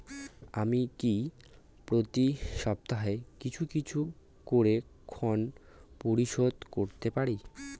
আমি কি প্রতি সপ্তাহে কিছু কিছু করে ঋন পরিশোধ করতে পারি?